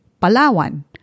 Palawan